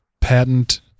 patent